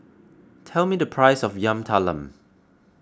tell me the price of Yam Talam